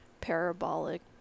parabolic